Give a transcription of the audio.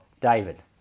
David